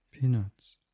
Peanuts